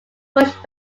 pushed